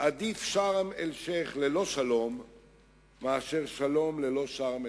"עדיף שארם-א-שיח' ללא שלום מאשר שלום ללא שארם-א-שיח'